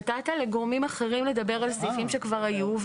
נתת לגורמים אחרים לדבר על סעיפים שכבר היו,